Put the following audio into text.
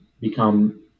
become